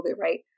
right